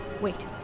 Wait